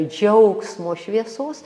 džiaugsmo šviesos